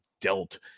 dealt